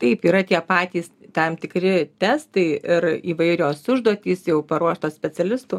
taip yra tie patys tam tikri testai ir įvairios užduotys jau paruoštos specialistų